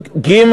ג.